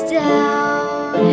down